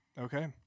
Okay